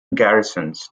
garrisons